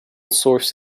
source